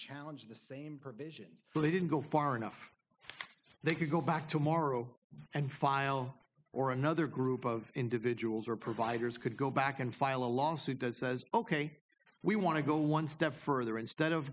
challenge the same provisions but they didn't go far enough they could go back tomorrow and file or another group of individuals or providers could go back and file a lawsuit go says ok we want to go one step further instead of